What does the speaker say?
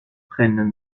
prennent